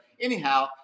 anyhow